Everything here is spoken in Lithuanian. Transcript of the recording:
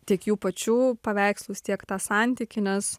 tiek jų pačių paveikslus tiek tą santykį nes